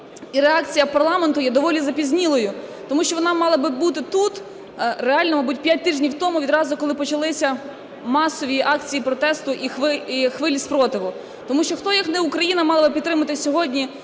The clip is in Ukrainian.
і реакція парламенту є доволі запізнілою, тому що вона мала би бути тут реально, мабуть, 5 тижнів тому, відразу, коли почалися масові акції протесту і хвилі спротиву. Тому що хто як не Україна мала би підтримати сьогодні